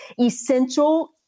essential